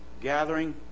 gathering